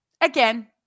Again